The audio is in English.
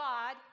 God